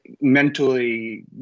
mentally